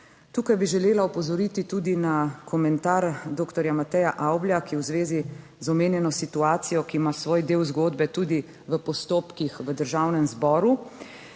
Tukaj bi želela opozoriti tudi na komentar doktorja Mateja Avblja, ki v zvezi z omenjeno situacijo, ki ima svoj del zgodbe tudi v postopkih v Državnem zboru,